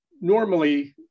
normally